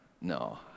no